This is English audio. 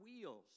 wheels